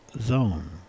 zone